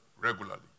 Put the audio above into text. regularly